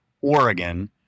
Oregon